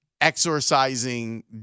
exorcising